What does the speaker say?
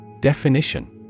Definition